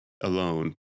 alone